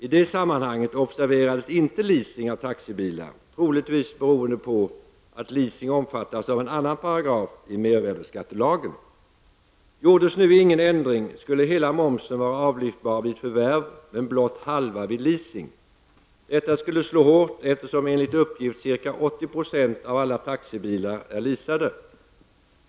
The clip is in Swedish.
I det sammanhanget observerades inte leasing av taxibilar, troligtvis beroende på att leasing omfattas av en annan paragraf i mervärdeskattelagen. Detta skulle slå hårt, eftersom enligt uppgift ca 80 % av alla taxibilar är leasade.